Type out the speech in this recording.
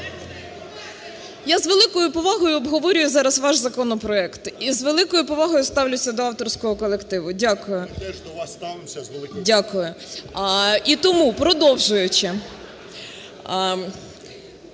я з великою повагою обговорюю зараз ваш законопроект, і з великою повагою ставлюся до авторського колективу. Дякую. (Шум у залі) Дякую. І тому, продовжуючи,